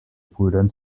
brüdern